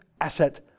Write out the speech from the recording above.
Asset